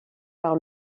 par